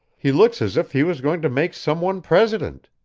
he looks as if he was going to make some one president.